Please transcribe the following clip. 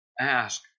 ask